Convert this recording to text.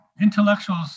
intellectuals